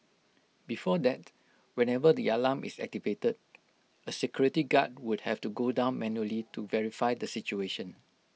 before that whenever the alarm is activated A security guard would have to go down manually to verify the situation